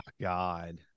God